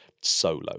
SOLO